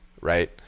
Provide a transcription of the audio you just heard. right